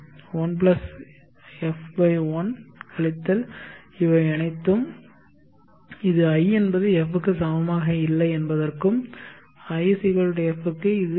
1 f 1 கழித்தல் இவை அனைத்தும் இது i என்பது f க்கு சமமாக இல்லை என்பதற்கும் i f க்கு இது D